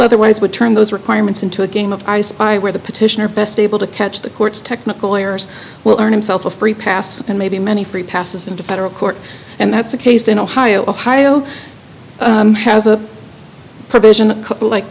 otherwise would turn those requirements into a game of i spy where the petitioner best able to catch the court's technical lawyers will earn himself a free pass and maybe many free passes in the federal court and that's the case in ohio ohio has a provision